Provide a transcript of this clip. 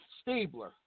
Stabler